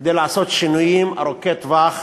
כדי לעשות שינויים ארוכי טווח